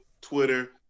Twitter